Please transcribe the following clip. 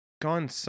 gone